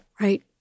Right